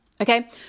okay